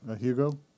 Hugo